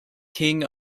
king